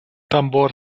tambor